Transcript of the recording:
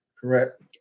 correct